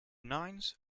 nouns